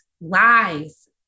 Lies